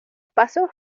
pasos